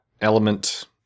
element